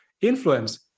Influence